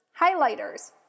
highlighters